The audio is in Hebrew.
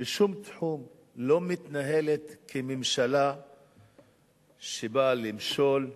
בשום תחום לא מתנהלת כממשלה שבאה למשול.